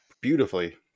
Beautifully